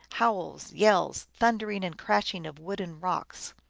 howls, yells, thundering and crashing of wood and rocks.